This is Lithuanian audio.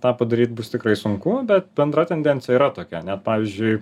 tą padaryt bus tikrai sunku bet bendra tendencija yra tokia net pavyzdžiui